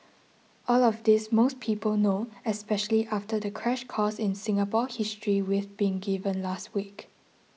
all of this most people know especially after the crash course in Singapore history we've been given last week